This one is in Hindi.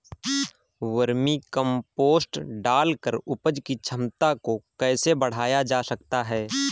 वर्मी कम्पोस्ट डालकर उपज की क्षमता को कैसे बढ़ाया जा सकता है?